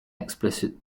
explicit